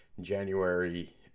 January